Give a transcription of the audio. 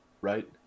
right